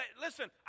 Listen